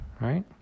right